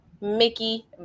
Mickey